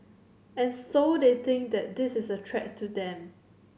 and so they think that this is a threat to them